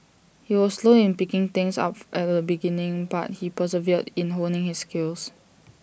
he was slow in picking things up at the beginning but he persevered in honing his skills